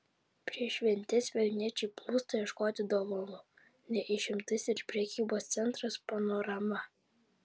prieš šventes vilniečiai plūsta ieškoti dovanų ne išimtis ir prekybos centras panorama